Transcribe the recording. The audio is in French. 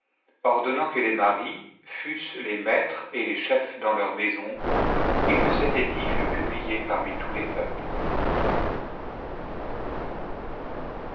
ordonnant que les maris fussent les maîtres et les chefs dans leurs maisons et que cet édit fût publié parmi tous les peuples